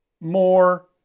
more